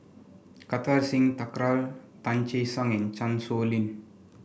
Kartar Singh Thakral Tan Che Sang and Chan Sow Lin